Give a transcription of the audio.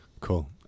Cool